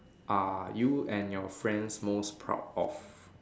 are you and your friends most proud of